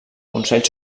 consell